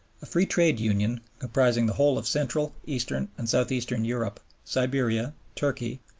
a free trade union, comprising the whole of central, eastern, and south-eastern europe, siberia, turkey,